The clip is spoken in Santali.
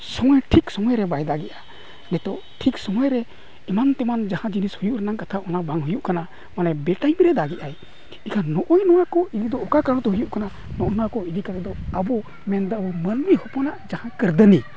ᱥᱚᱢᱚᱭ ᱴᱷᱤᱠ ᱥᱚᱢᱚᱭᱨᱮ ᱵᱟᱭ ᱫᱟᱜ ᱮᱫᱟ ᱱᱤᱛᱚᱜ ᱴᱷᱤᱠ ᱥᱚᱢᱚᱭ ᱨᱮ ᱮᱢᱟᱱᱼᱛᱮᱢᱟᱱ ᱡᱟᱦᱟᱸ ᱡᱤᱱᱤᱥ ᱦᱩᱭᱩᱜ ᱨᱮᱱᱟᱜ ᱠᱟᱛᱷᱟ ᱚᱱᱟ ᱵᱟᱝ ᱦᱩᱭᱩᱜ ᱠᱟᱱᱟ ᱢᱟᱱᱮ ᱵᱮ ᱨᱮ ᱫᱟᱜ ᱮᱫᱟᱭ ᱮᱱᱠᱷᱟᱱ ᱱᱚᱜᱼᱚᱭ ᱱᱚᱣᱟ ᱠᱚ ᱤᱫᱤ ᱫᱚ ᱚᱠᱟ ᱠᱟᱨᱚᱱ ᱛᱮ ᱦᱩᱭᱩᱜ ᱠᱟᱱᱟ ᱱᱚᱜᱼᱚ ᱱᱚᱣᱟ ᱠᱚ ᱤᱫᱤ ᱠᱟᱛᱮᱫ ᱫᱚ ᱟᱵᱚ ᱢᱮᱱᱫᱚ ᱢᱟᱱᱢᱤ ᱦᱚᱯᱚᱱᱟᱜ ᱡᱟᱦᱟᱸ ᱠᱟᱹᱨᱫᱷᱟᱹᱱᱤ